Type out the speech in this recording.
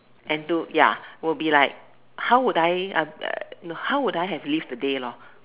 and to ya will be like how would I uh no how would I have lived the day lor